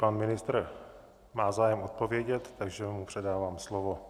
Pan ministr má zájem odpovědět, takže mu předávám slovo.